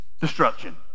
destruction